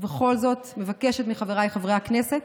ובכל זאת מבקשת מחבריי חברי הכנסת,